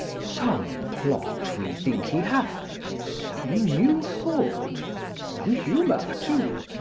some plot we think he has, and some new thought some humour too,